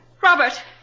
Robert